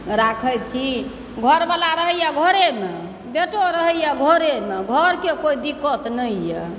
राखै छी घरवला रहैए घरेमे बेटो रहैए घरेमे घरके कोई दिक्कत नहि यऽ